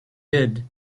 did